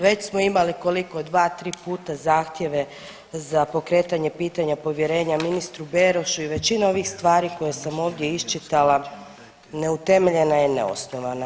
Već smo imali, koliko, 2, 3 puta zahtjeve za pokretanje pitanja povjerenja ministru Berošu i većina ovih stvari koje sam ovdje iščitala, neutemeljena je i neosnovana.